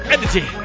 Energy